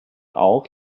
auch